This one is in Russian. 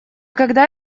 когда